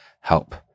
Help